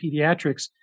pediatrics